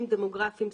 דמוגרפיים,